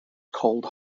cold